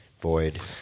void